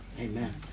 Amen